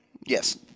yes